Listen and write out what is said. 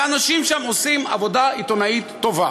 ואנשים שם עושים עבודה עיתונאית טובה.